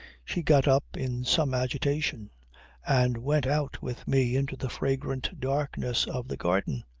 she got up in some agitation and went out with me into the fragrant darkness of the garden.